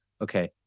Okay